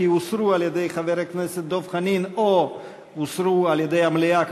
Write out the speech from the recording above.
כי הן הוסרו על-ידי חבר הכנסת דב חנין או הוסרו על-ידי המליאה,